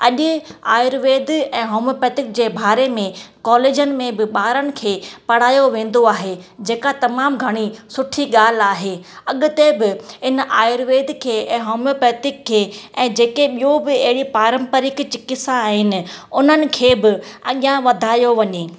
अॼु आयुर्वेद ऐं होम्योपेथिक जे बारे में कॉलेजनि में बि ॿारनि खे पढ़ायो वेंदो आहे जेका तमामु घणी सुठी ॻाल्हि आहे अॻिते बि इन आयुर्वेद खे ऐं होम्योपेथिक खे ऐं जेके ॿियूं बि अहिड़ियूं पारम्परिकु चिक्तिसा आहिनि उन्हनि खे बि अॻियां वधायो वञे